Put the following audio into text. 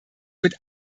mit